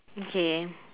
okay